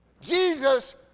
Jesus